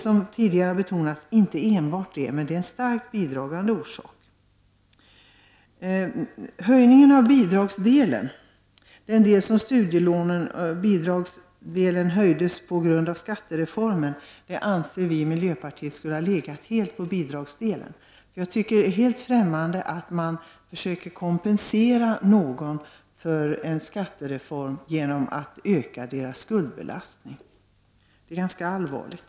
Som tidigare har betonats är det inte det enda skälet, men det är en starkt bidragande orsak. Höjningen av studielånen på grund av skattereformen anser vi i miljöpartiet borde helt ha legat på bidragsdelen. Jag tycker att det är helt fftämmande att man försöker kompensera någon för en skattereform genom att öka skuldbelastningen. Det är allvarligt.